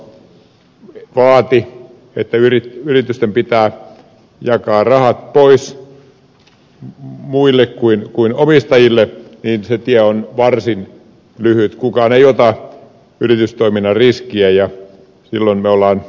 yrttiaho vaati että yritysten pitää jakaa rahat pois muille kuin omistajille niin se tie on varsin lyhyt kukaan ei ota yritystoiminnan riskiä ja silloin me olemme mieron tiellä